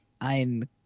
Ein